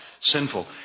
sinful